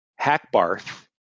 Hackbarth